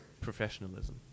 professionalism